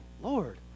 Lord